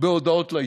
בהודעות לעיתונות.